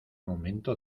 momento